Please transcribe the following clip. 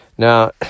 Now